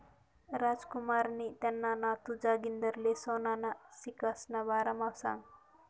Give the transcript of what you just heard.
रामकुमारनी त्याना नातू जागिंदरले सोनाना सिक्कासना बारामा सांगं